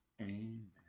Amen